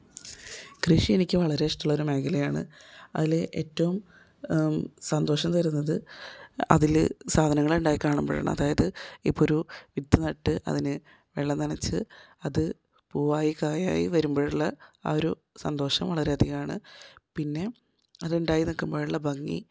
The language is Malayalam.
കൃഷി എനിക്ക് വളരെ ഇഷ്ടമുള്ളൊരു മേഖലയാണ് അതിൽ ഏറ്റവും സന്തോഷം തരുന്നത് അതിൽ സാധങ്ങൾ ഉണ്ടായി കാണുമ്പോഴാണ് അതായത് ഇപ്പം ഒരു വിത്ത് നട്ട് അതിന് വെള്ളം നനച്ച് അത് പൂവായി കായായി വരുമ്പോഴുള്ള ആ ഒരു സന്തോഷം വളരെ അധികമാണ് പിന്നെ അത് ഉണ്ടായി നിൽക്കുമ്പോഴുള്ള ഭംഗി